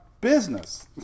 business